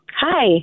Hi